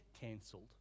cancelled